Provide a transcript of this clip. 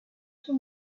two